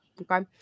Okay